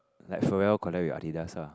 like Ferrell collect your Adidas ah